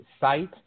site